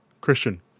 Christian